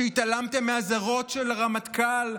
שהתעלמתם מהאזהרות של הרמטכ"ל,